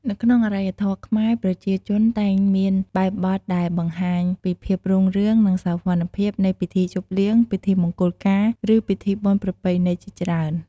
នៅក្នុងអរិយធម៌ខ្មែរប្រជាជនតែងមានបែបបទដែលបង្ហាញពីភាពរុងរឿងនិងសោភ័ណភាពនៃពិធីជប់លៀង ពិធីមង្គលការ ឬពិធីបុណ្យប្រពៃណីជាច្រើន។